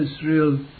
Israel